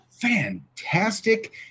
fantastic